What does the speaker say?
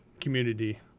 community